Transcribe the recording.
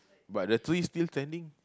but the tree still standing